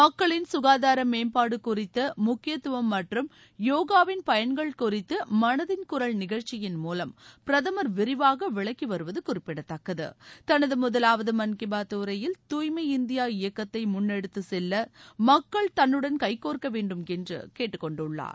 மக்களின் குகாதார மேம்பாடு குறித்த முக்கியத்துவம் மற்றும் யோகாவிள் பயன்கள் குறித்து மனதின் குரல் நிகழ்ச்சியின் மூலம் பிரதமர் விரிவாக விளக்கி வருவது குறிப்பிடத்தக்கது தளது முதலாவது மன் கீ பாத் உரையில் தாய்மை இந்தியா இயக்கத்தை முன்னெடுத்துச்செல்ல மக்கள் தன்னுடன் கைகோர்க்க வேண்டும் என்று கேட்டுக்கொண்டுள்ளார்